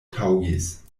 taŭgis